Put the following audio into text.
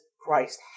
Christ